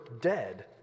dead